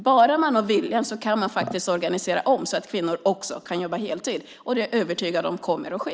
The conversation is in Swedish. Bara man har viljan kan man faktiskt organisera om så att även kvinnor kan jobba heltid. Jag är övertygad om att detta kommer att ske.